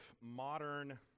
modern